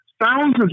thousands